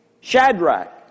Shadrach